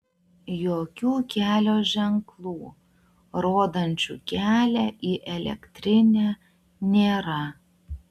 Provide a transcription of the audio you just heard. jokių kelio ženklų rodančių kelią į elektrinę nėra